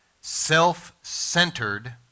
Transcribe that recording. self-centered